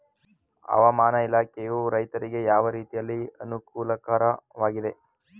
ಹವಾಮಾನ ಇಲಾಖೆಯು ರೈತರಿಗೆ ಯಾವ ರೀತಿಯಲ್ಲಿ ಅನುಕೂಲಕರವಾಗಿದೆ?